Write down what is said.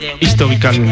Historical